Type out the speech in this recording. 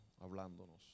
hablándonos